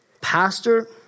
Pastor